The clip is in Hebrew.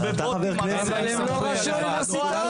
או בבוטים --- אבל הם לא ראשי אוניברסיטאות.